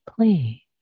please